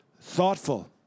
thoughtful